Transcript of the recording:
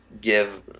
give